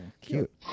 cute